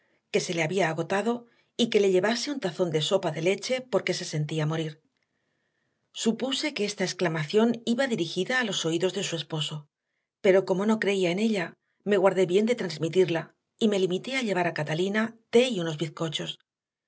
que se le había agotado y que le llevase un tazón de sopa de leche porque se sentía morir supuse que esta exclamación iba dirigida a los oídos de su esposo pero como no creía en ella me guardé bien de transmitirla y me limité a llevar a catalina té y unos bizcochos